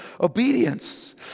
obedience